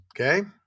okay